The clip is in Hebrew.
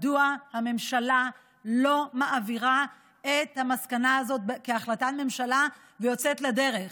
מדוע הממשלה לא מעבירה את המסקנה הזאת כהחלטת ממשלה ויוצאת לדרך?